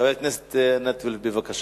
חברת הכנסת עינת וילף, בבקשה.